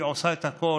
היא עושה את הכול,